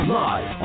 live